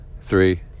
three